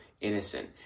innocent